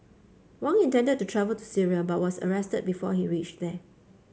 Wang intended to travel to Syria but was arrested before he reached there